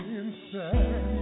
inside